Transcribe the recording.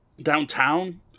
downtown